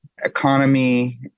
economy